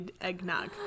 eggnog